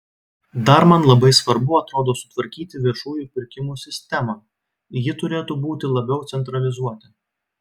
dar man labai svarbu atrodo sutvarkyti viešųjų pirkimų sistemą ji turėtų būti labiau centralizuoti